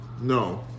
No